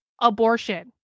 abortion